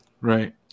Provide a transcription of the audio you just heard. Right